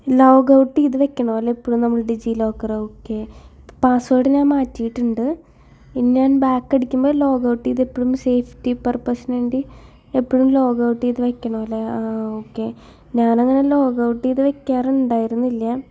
logout ചെയ്ത് വക്കണം അല്ലേ ഇപ്പോഴും ഡിജി ലോക്കർ ഒക്കെ പാസ്വേഡ് ഞാൻ മാറ്റീണ്ട് ഇനി ഞാൻ ബാക്ക് അടികുമ്പോൾ ലോഗൗട്ട് ചെയ്ത് എപ്പോഴും സേഫ്റ്റി പർപ്പസ്നു വേണ്ടി എപ്പോഴും ലോഗൗട്ട് ചെയ്ത് വെക്കണം ലെ ആഹ് ഓക്കെ ഞാനങ്ങനെ ലോഗൗട്ട് ചെയ്ത് വെക്കാറിണ്ടായിരുന്നില്ല